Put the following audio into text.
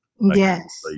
Yes